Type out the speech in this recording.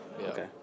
Okay